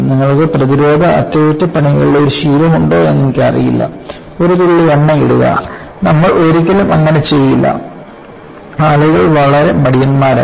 നിങ്ങൾക്ക് പ്രതിരോധ അറ്റകുറ്റപ്പണികളുടെ ഒരു ശീലമുണ്ടോ എനിക്കറിയില്ല ഒരു തുള്ളി എണ്ണ ഇടുക നമ്മൾ ഒരിക്കലും അങ്ങനെ ചെയ്യില്ല ആളുകൾ വളരെ മടിയന്മാരായി